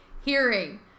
hearing